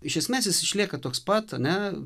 iš esmės jis išlieka toks pat ane